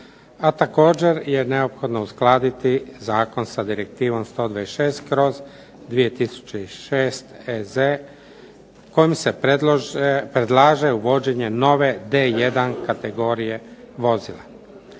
A također je neophodno uskladiti zakon sa Direktivom 126/2006 EZ kojim se predlaže uvođenje nove D1 kategorije vozila.